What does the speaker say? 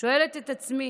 שואלת את עצמי: